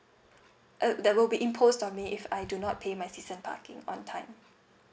uh that will be imposed on me if I do not pay my season parking on time